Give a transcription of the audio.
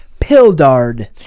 Pildard